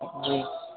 جی